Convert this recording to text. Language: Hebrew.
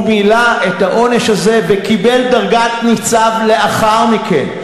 הוא מילא את העונש הזה וקיבל דרגת ניצב לאחר מכן.